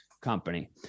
company